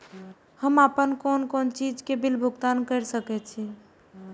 हम आपन कोन कोन चीज के बिल भुगतान कर सके छी?